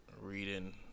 Reading